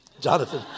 Jonathan